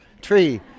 Tree